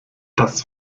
das